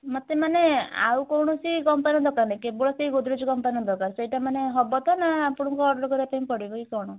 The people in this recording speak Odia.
ମୋତେ ମାନେ ଆଉ କୌଣସି କମ୍ପାନୀର ଦରକାର ନାହିଁ କେବଳ ସେଇ ଗୋଡ଼୍ରେଜ୍ କମ୍ପାନୀର ଦରକାର ସେଇଟା ମାନେ ହବ ତ ନା ଆପଣଙ୍କୁ ଅର୍ଡ଼ର୍ କରିବା ପାଇଁ ପଡ଼ିବ କି କ'ଣ